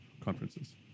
conferences